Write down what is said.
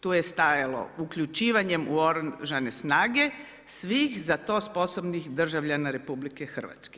Tu je stajalo uključivanje u oružane snage, svih za to sposobnih državljana RH.